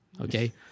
okay